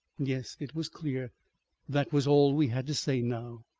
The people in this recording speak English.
yes, it was clear that was all we had to say now.